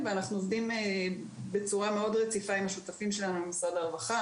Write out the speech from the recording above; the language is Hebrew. ואנחנו עובדים בצורה מאוד רציפה עם השותפים שלנו ממשרד הרווחה,